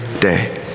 day